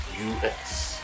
u-s